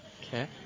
Okay